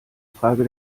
frage